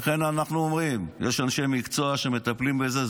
אנחנו אומרים שיש אנשי מקצוע שמטפלים בזה,